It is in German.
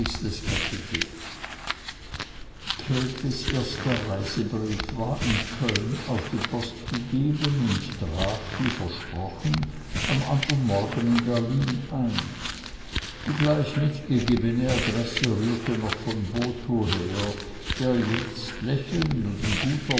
kapitel käthes erster reisebrief war in köln auf die post gegeben und traf wie versprochen am andern morgen in berlin ein die gleich mitgegebene adresse rührte noch von botho her der jetzt lächelnd und in guter